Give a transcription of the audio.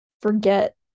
forget